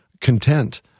content